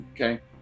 okay